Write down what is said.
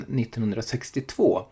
1962-